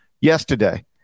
yesterday